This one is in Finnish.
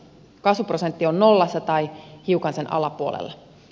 kasvuprosentti on nollassa tai hiukan sen alapuolella